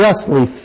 justly